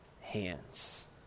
hands